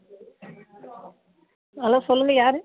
hello சொல்லுங்கள் யார்